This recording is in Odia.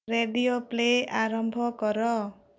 ରେଡ଼ିଓ ପ୍ଲେ ଆରମ୍ଭ କର